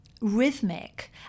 rhythmic